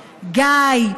גיא,